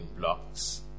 blocks